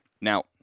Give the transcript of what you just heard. Now